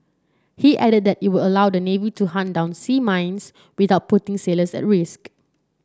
he added that it will allow the navy to hunt down sea mines without putting sailors at risk